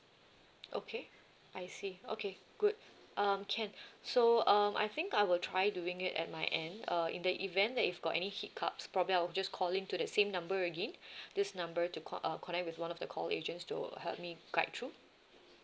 okay I see okay good um can so um I think I will try doing it at my end uh in the event that if got any hiccups probably I will just call in to the same number again this number to co~ uh connect with one of the call agents to help me guide through